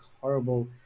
horrible